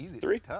three